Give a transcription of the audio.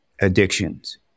addictions